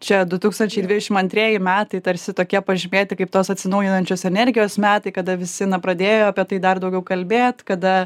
čia du tūkstančiai dvidešim antrieji metai tarsi tokie pažymėti kaip tos atsinaujinančios energijos metai kada visi na pradėjo apie tai dar daugiau kalbėt kada